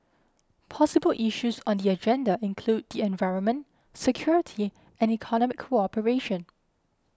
possible issues on the agenda include the environment security and economic cooperation